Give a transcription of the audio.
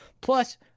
Plus